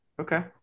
Okay